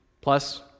plus